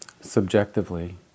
subjectively